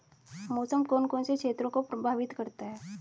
मौसम कौन कौन से क्षेत्रों को प्रभावित करता है?